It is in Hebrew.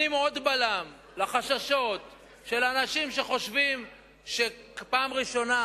נותנים עוד בלם לחששות של אנשים שחושבים שפעם ראשונה